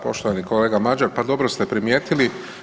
Poštovani kolega Mažar pa dobro ste primijetili.